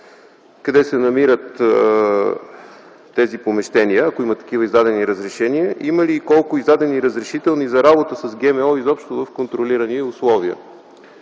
Къде се намират тези помещения, ако има такива издадени разрешения? Има ли и колко издадени разрешителни за работа с ГМО изобщо в контролирани условия?